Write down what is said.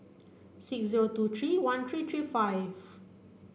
six zero two three one three three five